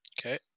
Okay